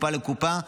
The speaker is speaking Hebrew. מקופה לקופה,